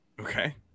Okay